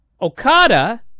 Okada